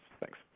Thanks